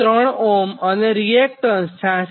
3 Ω અને રીએક્ટન્સ 66